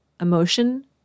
emotion